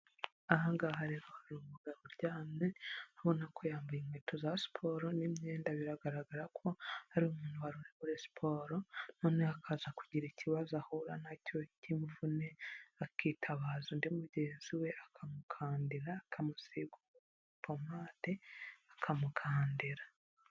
Ahangaha rero hari umugabo uryamye, ubona ko yambaye inkweto za siporo n'imyenda biragaragara ko ari umuntu wara muri siporo noneho akaza kugira ikibazo ahura nacyo cy'imvune, akitabaza undi mugenzi we akamukandira, akamusiga pomade akamukandira.